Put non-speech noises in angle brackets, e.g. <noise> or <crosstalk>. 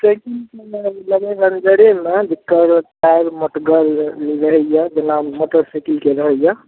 साइकिलमे <unintelligible> जे टायर मोटगर रहय रहइए जेना मोटर साईकिलके रहइए